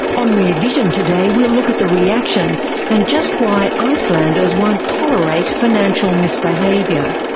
on rear vision today we'll look at the reaction and just why icelanders won't tolerate financial misbehaviour.